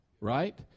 right